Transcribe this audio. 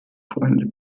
freunde